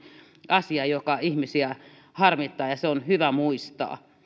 asia joka ihmisiä harmittaa ja se on hyvä muistaa